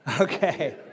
Okay